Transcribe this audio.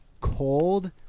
cold